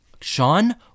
Sean